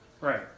Right